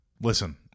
listen